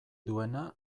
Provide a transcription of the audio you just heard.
duena